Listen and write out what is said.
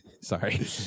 Sorry